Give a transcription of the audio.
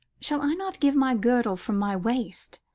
shall i not give my girdle from my waste,